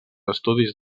estudis